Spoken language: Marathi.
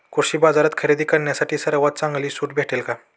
कृषी बाजारात खरेदी करण्यासाठी सर्वात चांगली सूट भेटेल का?